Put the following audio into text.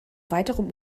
weiteren